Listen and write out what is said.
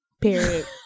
Period